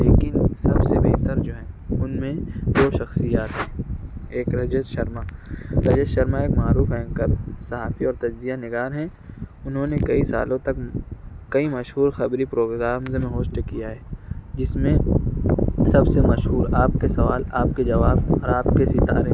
لیکن سب سے بہتر جو ہیں ان میں دو شخصیات ہیں ايک رجت شرما رجت شرما ايک معروف اينکر صحافى اور تجزیہ نگار ہیں انہوں نے کئی سالوں تک کئی مشہور خبری پروگرامز میں ہوسٹ کیا ہے جس میں سب سے مشہور آپ کے سوال آپ کے جواب اور آپ کے ستارے